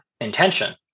intention